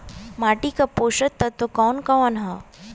माटी क पोषक तत्व कवन कवन ह?